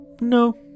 no